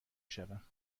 شوم